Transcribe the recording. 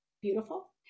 beautiful